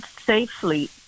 safely